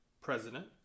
president